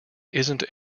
isn’t